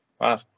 wow